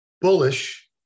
bullish